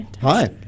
Hi